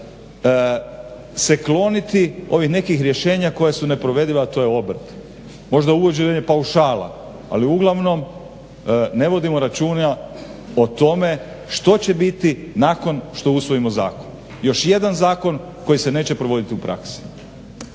se kloniti ovih nekih rješenja koja su neprovediva, a to je obrt. Možda uvođenjem paušala. Ali uglavnom ne vodimo računa o tome što će biti nakon što usvojimo zakon. Još jedan zakon koji se neće provoditi u praksi.